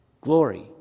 Glory